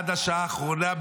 עד השעה האחרונה,